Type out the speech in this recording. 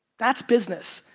that's business,